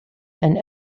and